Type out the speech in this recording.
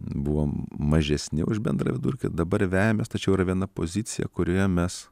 buvom mažesni už bendrą vidurkį dabar vejamės tačiau yra viena pozicija kurioje mes